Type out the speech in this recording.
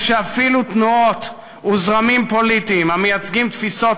ושאפילו תנועות וזרמים פוליטיים המייצגים תפיסות